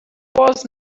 was